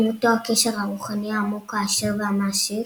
עם אותו הקשר רוחני העמוק העשיר והמעשיר